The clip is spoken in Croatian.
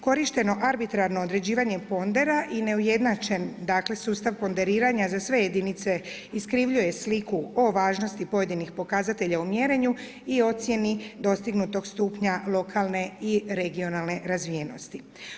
Korišteno arbitrarno određivanje pondera i neujednačen, dakle sustav ponderiranja za sve jedinice iskrivljuje sliku o važnosti pojedinih pokazatelja u mjerenju i ocjeni dostignutog stupnja lokalne i regionalne razvijenosti.